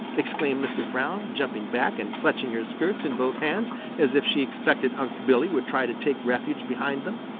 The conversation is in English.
exclaimed mrs. brown, jumping back and clutching her skirts in both hands as if she expected unc' billy would try to take refuge behind them.